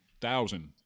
thousand